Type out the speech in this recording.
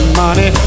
money